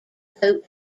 coat